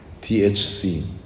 THC